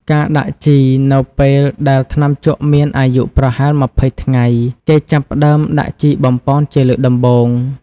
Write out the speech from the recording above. ការដាក់ជី នៅពេលដែលថ្នាំជក់មានអាយុប្រហែល ២០ ថ្ងៃ គេចាប់ផ្ដើមដាក់ជីបំប៉នជាលើកដំបូង។